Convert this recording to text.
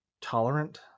tolerant